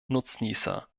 nutznießer